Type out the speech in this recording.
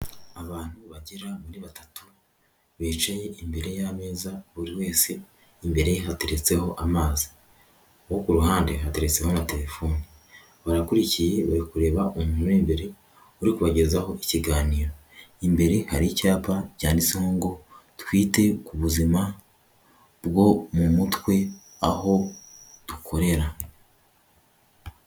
Abantu bagera muri batatu bicaye imbere y'ameza. Buri wese imbere hateretseho amazi. Uwo ku ruhande hateretseho na telefone barakurikiye bari kureba umuntu uri imbere uri kubagezaho ikiganiro Imbere hari icyapa byanditseho ngo twite ku buzima bwo mu mutwe aho dukorera.